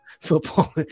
Football